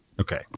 Okay